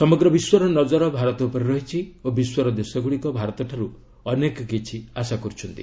ସମଗ୍ର ବିଶ୍ୱର ନକର ଭାରତ ଉପରେ ରହିଛି ଓ ବିଶ୍ୱର ଦେଶଗୁଡ଼ିକ ଭାରତଠାରୁ ଅନେକ କିଛି ଆଶା କରୁଛନ୍ତି